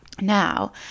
Now